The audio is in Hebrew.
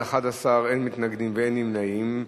בעד, 11, אין מתנגדים ואין נמנעים.